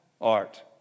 art